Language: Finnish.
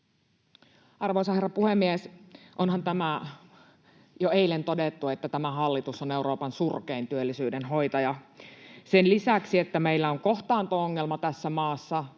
Arvoisa herra puhemies! Onhan tämä jo eilen todettu, että tämä hallitus on Euroopan surkein työllisyyden hoitaja. Sen lisäksi, että meillä on kohtaanto-ongelma tässä maassa,